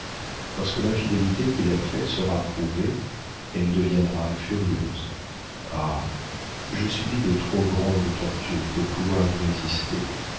lorsque l'infidélité qu'il a faite sera prouvée elle deviendra furieuse ah je subis de trop grandes tortures pour pouvoir y résister